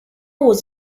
was